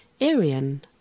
Arian